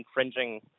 infringing